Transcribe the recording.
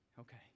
Okay